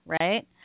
right